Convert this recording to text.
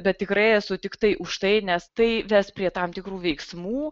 bet tikrai esu tiktai už tai nes tai ves prie tam tikrų veiksmų